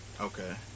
Okay